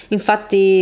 Infatti